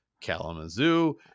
Kalamazoo